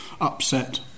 upset